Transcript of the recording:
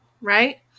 Right